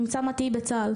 נמצא מה תהיי בצה"ל,